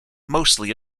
mostly